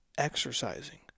exercising